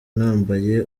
nambaye